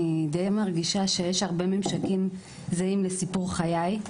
אני דיי מרגישה שיש הרבה ממשקים שזהים לסיפור חיי,